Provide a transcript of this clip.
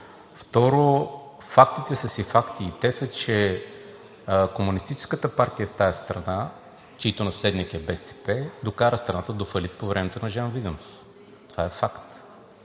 Второ, фактите са си факти и те са, че комунистическата партия в тази страна, чийто наследник е БСП, докара страната до фалит по времето на Жан Виденов. Това е факт.